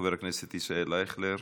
חבר הכנסת ישראל אייכלר,